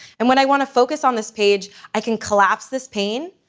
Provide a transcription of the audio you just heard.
and when i want to focus on this page, i can collapse this pane,